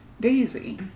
daisy